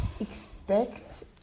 expect